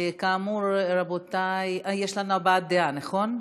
כאמור, רבותי, יש לנו הבעת דעה, נכון?